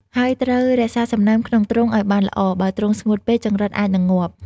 ហើយត្រូវរក្សាសំណើមក្នុងទ្រុងឲ្យបានល្អ បើទ្រុងស្ងួតពេក ចង្រិតអាចនឹងងាប់។